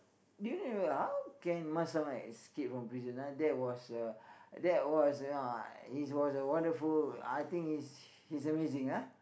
do you remember how can Mas-Selamat escape from prison ah that was a that was a uh he was a wonderful I think he's he's amazing ah